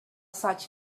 such